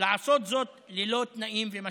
לעשות זאת ללא תנאים ומשאבים.